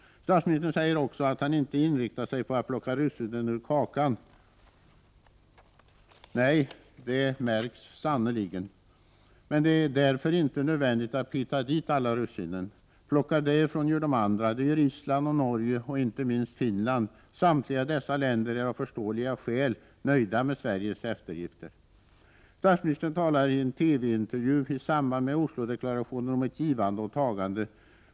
Statsministern säger också att han inte inriktat sig på att plocka russinen ur kakan. Nej, det märks sannerligen. Men det är därför inte nödvändigt att peta dit alla russinen — plockar därifrån gör andra. Det gör Island och Norge och inte minst Finland. Samtliga dessa länder är av förståeliga skäl nöjda med Sveriges eftergifter. Statsministern talade i en TV-intervju i samband med Oslodeklarationen om ett givande och ett tagande.